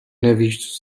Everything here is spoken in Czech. nevíš